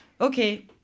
okay